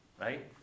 Right